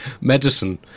medicine